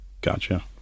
Gotcha